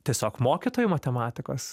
tiesiog mokytoju matematikos